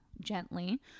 gently